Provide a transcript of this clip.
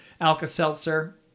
Alka-Seltzer